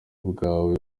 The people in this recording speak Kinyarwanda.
ubwawe